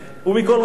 ומכל מקום,